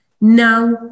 now